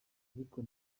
ariko